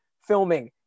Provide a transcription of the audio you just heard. filming